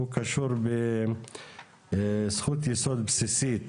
הוא קשור בזכות יסוד בסיסית